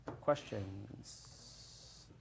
Questions